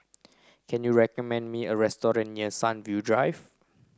can you recommend me a restaurant near Sunview Drive